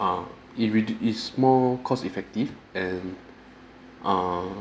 err it redu~ is more cost-effective and err